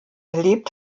lebt